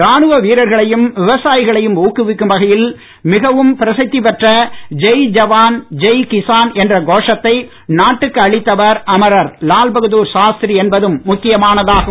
ராணுவ வீரர்களையும் விவசாயிகளையும் ஊக்குவிக்கும் வகையில் மிகவும் பிரசதிபெற்ற ஜெய்ஜவான் ஜெய் கிசான் என்ற கோஷத்தை நாட்டுக்கு அளித்தவர் அமரர் லால்பகதூர் சாஸ்திரி என்பதும் முக்கியமானதாகும்